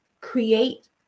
create